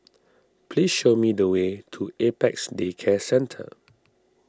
please show me the way to Apex Day Care Centre